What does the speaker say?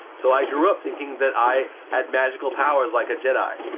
so i grew up thinking that i had magical powers like a jedi.